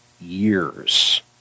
years